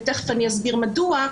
ותיכף אני אסביר מדוע,